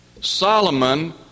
Solomon